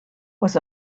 was